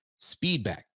Speedback